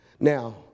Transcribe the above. Now